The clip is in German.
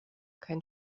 kein